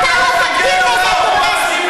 אתה לא תגדיר מי זה טרוריסט.